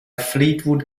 fleetwood